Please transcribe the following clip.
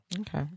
Okay